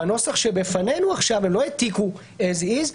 בנוסח שבפנינו עכשיו לא העתיקו כפי שהוא,